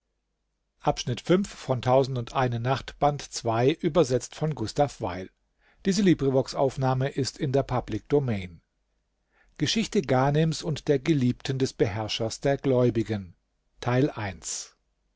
geschichte ghanems und der geliebten des beherrschers der gläubigen